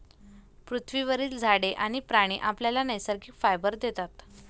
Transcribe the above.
पृथ्वीवरील झाडे आणि प्राणी आपल्याला नैसर्गिक फायबर देतात